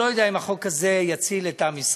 אני לא יודע אם החוק הזה יציל את עם ישראל,